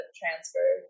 transfer